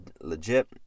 legit